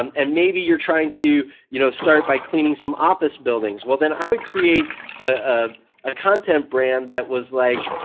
um and maybe you're trying to you know start by cleaning some office buildings, then i would create a ah content brand that was like